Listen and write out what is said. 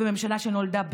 ממשלה שנולדה בחטא,